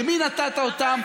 למי נתת אותם?